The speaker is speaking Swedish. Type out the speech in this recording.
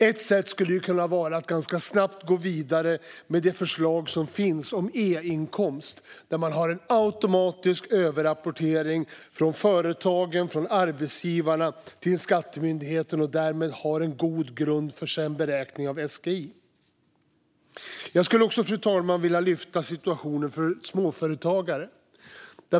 Ett sätt skulle kunna vara att ganska snabbt gå vidare med det förslag som finns om e-inkomst, där man har en automatisk överrapportering från företagen, från arbetsgivarna, till Skattemyndigheten. Därmed skulle man ha en god grund för beräkning av SGI. Fru talman! Jag skulle också vilja lyfta fram situationen för småföretagare.